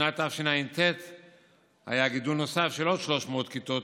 בשנת תשע"ט היה גידול נוסף של עוד 300 כיתות,